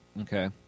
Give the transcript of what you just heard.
Okay